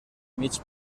mig